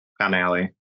finale